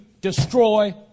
destroy